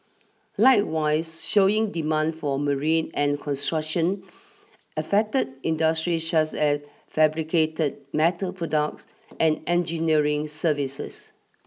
likewise showing demand for marine and construction affected industries such as fabricated metal products and engineering services